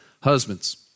Husbands